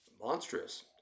Monstrous